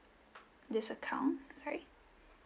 this account sorry